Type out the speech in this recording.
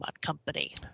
company